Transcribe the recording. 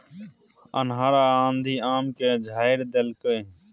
अन्हर आ आंधी आम के झाईर देलकैय?